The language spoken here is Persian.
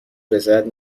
رضایت